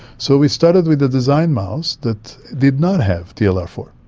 so we started with a designed mouse that did not have t l r four.